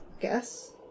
guess